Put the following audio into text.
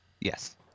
Yes